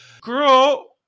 girl